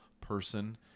person